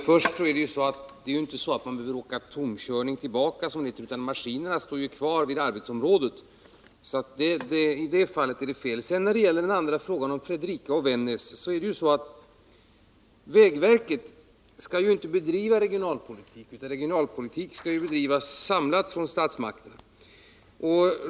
Herr talman! Det är ju inte så att man behöver åka tomkörning tillbaka, utan maskinerna står kvar vid arbetsområdet. I det fallet är det alltså fel. När det gäller frågan om Fredrika och Vännäs är det ju så att vägverket inte skall bedriva regionalpolitik, utan regionalpolitiken skall bedrivas samlat av statsmakterna.